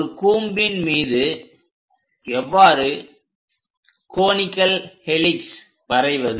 ஒரு கூம்பின் மீது எவ்வாறு கோனிகல் ஹெலிக்ஸ் வரைவது